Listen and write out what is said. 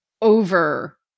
over